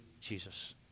Jesus